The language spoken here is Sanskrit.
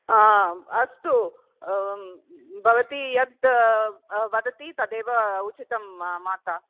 आम् अस्तु भवती यत् वदति तदेव उचितं मा मातः